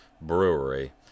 brewery